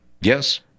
Yes